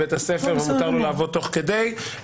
מותר לו לעבוד תוך כדי.